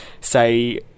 say